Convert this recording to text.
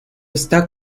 está